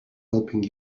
helping